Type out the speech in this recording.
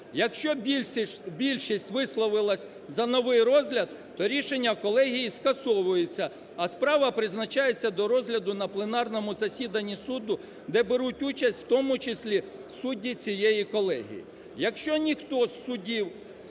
Якщо більшість висловилася за новий розгляд, то рішення колегії скасовується, а справа призначається до розгляду на пленарному засіданні суду, де беруть участь в тому числі судді цієї колегії.